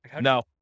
No